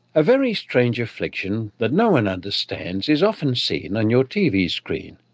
a very strange affliction that no one understandsis often seen on your tv screen.